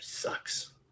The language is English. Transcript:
sucks